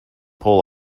pull